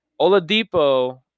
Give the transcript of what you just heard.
Oladipo